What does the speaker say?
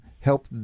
help